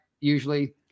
usually